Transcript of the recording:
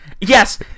Yes